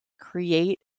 create